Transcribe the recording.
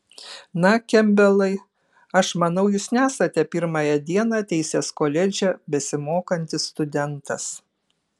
na kempbelai aš manau jūs nesate pirmąją dieną teisės koledže besimokantis studentas